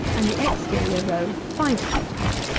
and the exterior row five feet high.